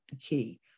key